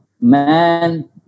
man